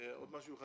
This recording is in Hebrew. עוד משהו.